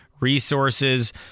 resources